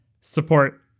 support